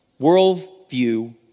Worldview